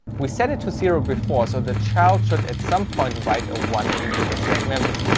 we set it to zero before, so the child should at some point write a one into the shared memory,